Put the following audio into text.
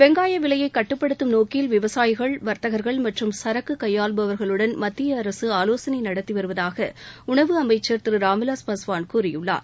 வெங்காய விலையை கட்டுப்படுத்தும் நோக்கில் விவசாயிகள் வா்த்தன்கள் மற்றும் சரக்கு கையாள்பவர்களுடன் மத்திய அரசு ஆலோசனை நடத்தி வருவதாக மத்திய உணவு அம்ச்சா் திரு ராம்விலாஸ் பாஸ்வான் கூறியுள்ளார்